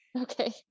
Okay